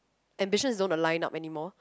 ambitions don't align up anymore